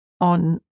on